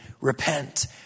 repent